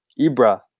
Ibra